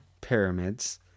Pyramids